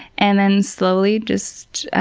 and then slowly just